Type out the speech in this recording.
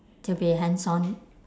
to be hands on